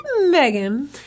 Megan